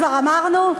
כבר אמרנו?